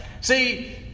See